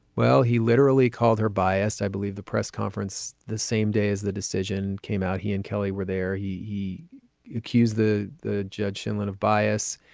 well, he literally called her biased. i believe the press conference, the same day as the decision came out, he and kelly were there. he he accused the the judge in land of bias.